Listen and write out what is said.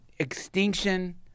Extinction